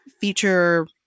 feature